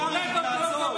קרעי, תעצור.